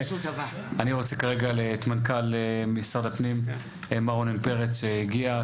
אני רוצה כרגע את מנכ"ל משרד הפנים מר רונן פרץ שהגיע,